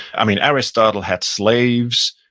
i mean, aristotle had slaves.